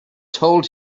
told